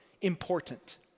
important